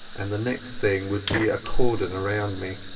and the next thing would be a cordon round me.